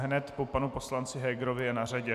Hned po panu poslanci Hegerovi je na řadě.